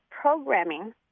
programming